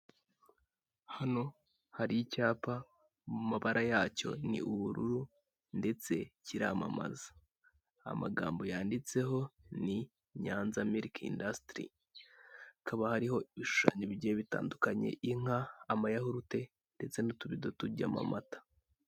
Hano hari icyapa mu mabara yacyo ni ubururu ndetse kiramamaza, amagambo yanditseho ni Nyanza miliki indasitiri, hakaba hariho ibishushanyo bigiye bitandukanye, inka, amayahurute ndetse n'utubido tujyamo amata.